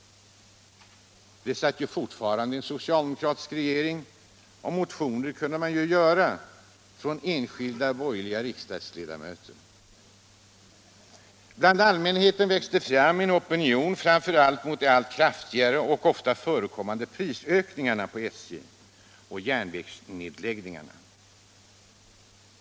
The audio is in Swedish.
Vi hade ju fortfarande en socialdemokratisk regering, och enskilda borgerliga riksdagsledamöter kunde således motionera. Bland allmänheten växte det fram en opinion, framför allt mot SJ:s allt kraftigare och ofta förekommande prishöjningar och mot järnvägsnedläggningarna.